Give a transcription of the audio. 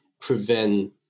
prevent